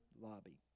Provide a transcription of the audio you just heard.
lobby